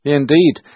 indeed